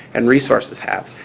and resources have,